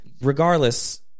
regardless –